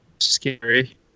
scary